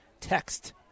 text